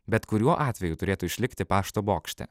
bet kuriuo atveju turėtų išlikti pašto bokšte